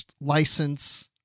license